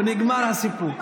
נגמר הסיפור.